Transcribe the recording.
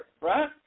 right